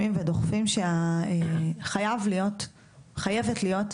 דוחפים ומסכימים שחייבת להיות,